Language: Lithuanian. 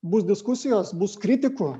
bus diskusijos bus kritikų